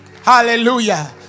Hallelujah